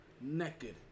naked